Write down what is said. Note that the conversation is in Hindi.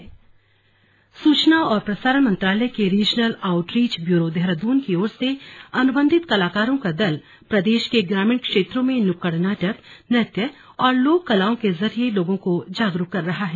स्लग बेटी बचाओ बेटी पढ़ाओ सूचना और प्रसारण मंत्रालय के रीजनल आउटरीच ब्यूरो देहरादून की ओर से अनुबंधित कलाकारों का दल प्रदेश के ग्रामीण क्षेत्रों में नुक्कड़ नाटक नृत्य और लोक कलाओं के जरिये लोगों को जागरूक कर रहा है